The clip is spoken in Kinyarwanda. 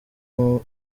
umunaniro